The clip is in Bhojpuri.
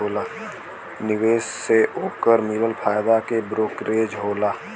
निवेश से ओकर मिलल फायदा के ब्रोकरेज होला